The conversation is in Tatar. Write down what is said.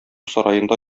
сараенда